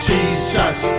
Jesus